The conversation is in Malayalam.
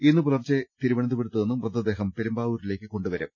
ഇന്ന് പുലർച്ചെ തിരുവനന്തപുരത്തുനിന്ന് മൃതദേഹം പെരു മ്പാവൂരിലേക്ക് കൊണ്ടുവരും